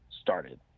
started